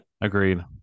agreed